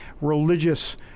religious